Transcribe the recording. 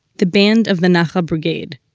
the band of the nachal brigade,